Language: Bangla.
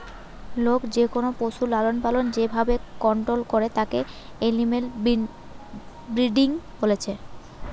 লোক যেকোনো পশুর লালনপালন যে ভাবে কন্টোল করে তাকে এনিম্যাল ব্রিডিং বলছে